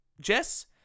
Jess